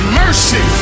mercy